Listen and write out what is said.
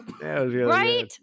Right